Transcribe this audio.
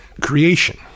creation